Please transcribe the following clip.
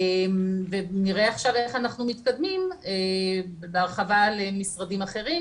נראה עכשיו איך אנחנו מתקדמים בהרחבה למשרדים אחרים,